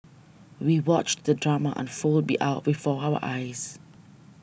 we watched the drama unfold be our before our eyes